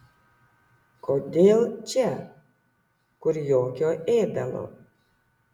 kodėl čia kur jokio ėdalo